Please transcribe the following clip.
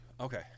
Okay